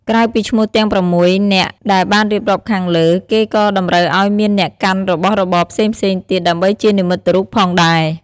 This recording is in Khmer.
ក្រៅពីឈ្មោះទាំង ០៦ នាក់ដែលបានរៀបរាប់ខាងលើ គេក៏តម្រូវឲ្យមានអ្នកកាន់របស់របរផ្សេងៗទៀត ដើម្បីជានិមត្តិរូបផងដែរ។